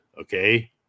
Okay